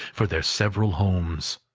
for their several homes!